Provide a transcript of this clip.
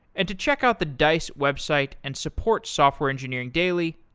and to check out the dice website and support software engineering daily,